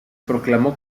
proclamó